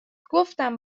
گفتم